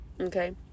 okay